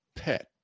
pet